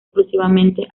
exclusivamente